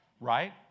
right